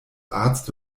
arzt